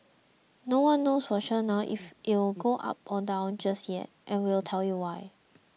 no one knows for sure now if it will go up or down just yet and we'll tell you why